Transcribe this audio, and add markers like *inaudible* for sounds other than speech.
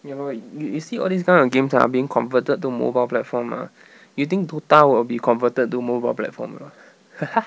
ya lor you you you see all these kind of games are being converted to mobile platform ah you think dota will be converted to mobile platform or not *laughs*